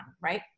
right